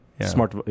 Smart